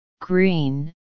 green